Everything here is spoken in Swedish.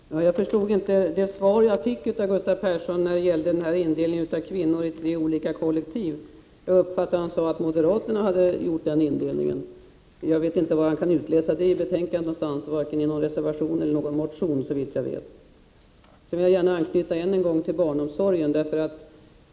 Herr talman! Jag förstod inte det svar jag fick av Gustav Persson när det gällde indelningen av kvinnor i tre olika kollektiv. Jag uppfattade det som att han sade att moderaterna har gjort en sådan indelning, men jag vet inte var han kan utläsa det — det står varken i betänkandet, i någon reservation eller i någon motion, såvitt jag vet. Så vill jag än en gång anknyta till barnomsorgen.